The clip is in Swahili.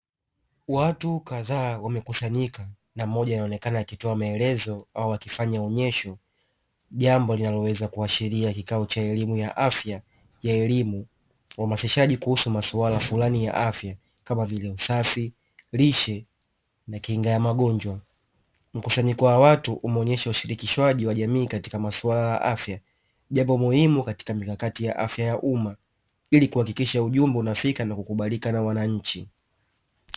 Watu kadhaa wamekusanyika na mmoja anaonekana akitoa maelezo au akifanya onyesho, jambo linaloweza kuashiria kikao cha elimu ya afya ya elim; uhamasishaji kuhusu masuala fulani ya afya kama vile usafi, lishe na kinga ya magonjwa; mkusanyiko wa watu unaonyesha ushirikishwaji wa jamii katika masuala ya afya, jambo muhimu katika mikakati ya afya ya umma, ili kuhakikisha ujumbe unafika na kukubalika na wananchi.